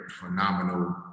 phenomenal